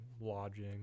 lodging